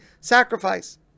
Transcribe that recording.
sacrifice